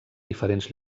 diferents